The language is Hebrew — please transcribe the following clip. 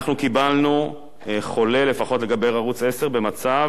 אנחנו קיבלנו חולה, לפחות לגבי ערוץ-10, במצב,